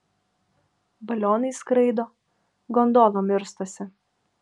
balionais skraido gondolom irstosi